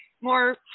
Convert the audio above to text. more